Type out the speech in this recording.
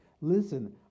Listen